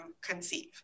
conceive